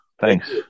Thanks